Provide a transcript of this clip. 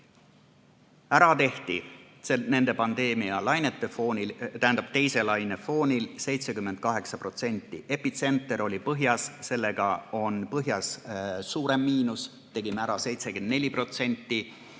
Ära tehti nende pandeemialainete foonil, tähendab, teise laine foonil 78%. Kuna epitsenter oli Põhja-Eestis, siis on põhjas suurem miinus, seal tegime ära 74%,